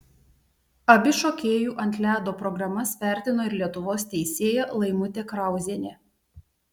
abi šokėjų ant ledo programas vertino ir lietuvos teisėja laimutė krauzienė